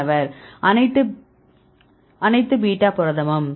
மாணவர் அனைத்து பீட்டா புரதமும்